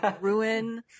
ruin